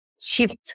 shift